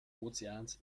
ozeans